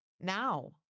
now